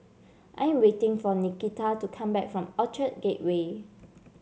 I am waiting for Nikita to come back from Orchard Gateway